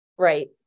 Right